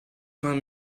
vingt